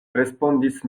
respondis